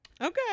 Okay